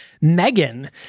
Megan